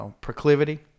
proclivity